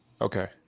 okay